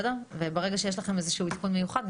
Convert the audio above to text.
וברגע שיש לכם איזשהו עדכון מיוחד,